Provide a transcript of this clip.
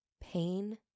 pain